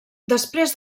després